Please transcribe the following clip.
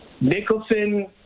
Nicholson